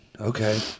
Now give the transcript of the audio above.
Okay